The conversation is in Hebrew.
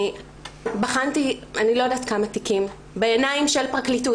אני בחנתי אני לא יודעת כמה תיקים בעיניים של פרקליטות,